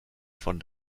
von